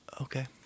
Okay